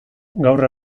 gaur